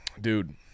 dude